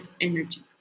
energy